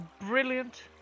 brilliant